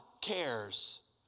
cares